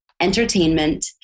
entertainment